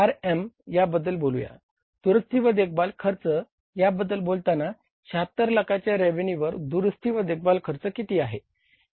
दुरुस्ती व देखभाल खर्च याबद्दल बोलताना 76 लाखाच्या रेव्हेन्यूवर दुरुस्ती व देखभाल खर्च किती आहे